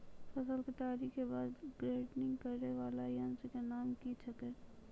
फसल के तैयारी के बाद ग्रेडिंग करै वाला यंत्र के नाम की छेकै?